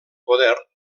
poder